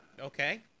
Okay